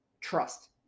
trust